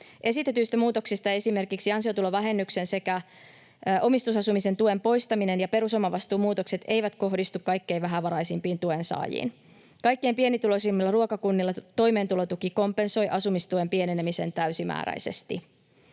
Esitetyistä muutoksista esimerkiksi ansiotulovähennyksen sekä omistusasumisen tuen poistaminen ja perusomavastuun muutokset eivät kohdistu kaikkein vähävaraisimpiin tuensaajiin. Kaikkein pienituloisimmilla ruokakunnilla toimeentulotuki kompensoi asumistuen pienenemisen täysimääräisesti.